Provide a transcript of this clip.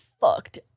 fucked